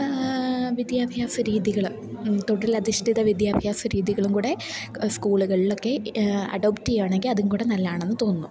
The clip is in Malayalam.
വിദ്യാഭ്യാസ രീതികൾ തൊഴിലധിഷ്ഠിത വിദ്യാഭ്യാസ രീതികളും കൂടെ സ്കൂളുകളിലൊക്കെ അഡോപ്റ്റ് ചെയ്യുകയാണെങ്കിൽ അതും കൂടി നല്ലതാണെന്നു തോന്നുന്നു